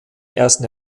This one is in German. ersten